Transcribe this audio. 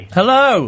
Hello